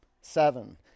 seven